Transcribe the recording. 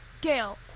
Gail